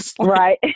Right